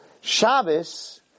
Shabbos